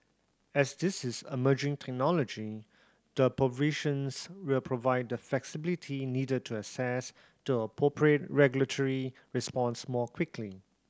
as this is emerging technology the provisions will provide the flexibility needed to assess the appropriate regulatory response more quickly